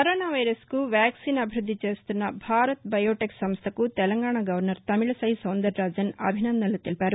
corona వైరస్కు vaccine అభివృద్ది చేస్తున్న భారత్ బయోటెక్ సంస్దకు తెలంగాణ గవర్నర్ తమిళసై సౌందరరాజన్ అభినందనలు తెలిపారు